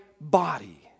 body